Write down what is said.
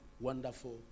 wonderful